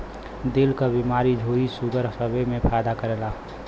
दिल क बीमारी झुर्री सूगर सबे मे फायदा करेला